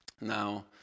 Now